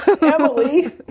Emily